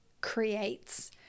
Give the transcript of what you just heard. creates